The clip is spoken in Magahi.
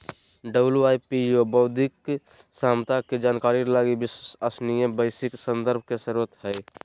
डब्ल्यू.आई.पी.ओ बौद्धिक संपदा के जानकारी लगी विश्वसनीय वैश्विक संदर्भ के स्रोत हइ